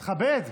תכבד.